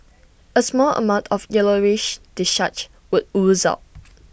A small amount of yellowish discharge would ooze out